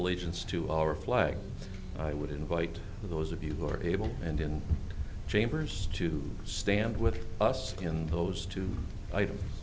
allegiance to our flag i would invite those of you who are able and in chambers to stand with us in those two items